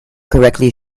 correctly